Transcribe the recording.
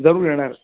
जरूर येणार